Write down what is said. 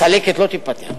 הצלקת לא תירפא.